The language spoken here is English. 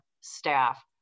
staff